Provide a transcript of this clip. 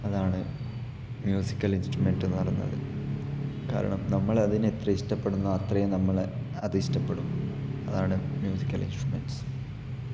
അതാണ് musical instruments എന്ന് പറയുന്നത് കാരണം നമ്മളതിനെ എത്ര ഇഷ്ടപ്പെടുന്നോ അത്രയും നമ്മളെ അതിഷ്ടപ്പെടും അതാണ് മ്യൂസിക്കല് ഇന്സ്ട്രമെന്റ്സ്